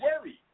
worried